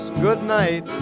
goodnight